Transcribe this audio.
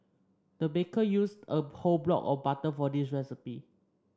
the baker used a whole block of butter for this recipe